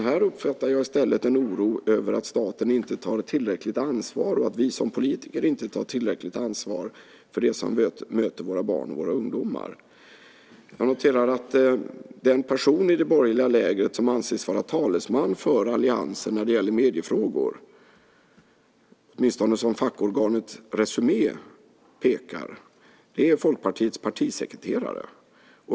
Här uppfattar jag i stället en oro över att staten inte tar tillräckligt ansvar och att vi som politiker inte tar tillräckligt ansvar för det som möter våra barn och våra ungdomar. Jag noterar att den person i det borgerliga lägret som anses vara talesman för alliansen när det gäller mediefrågor, åtminstone den som fackorganet Resumé pekar på, är Folkpartiets partisekreterare.